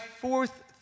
fourth